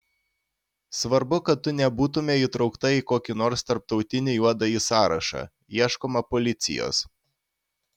svarbu kad tu nebūtumei įtraukta į kokį nors tarptautinį juodąjį sąrašą ieškoma policijos